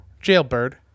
jailbird